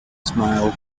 smile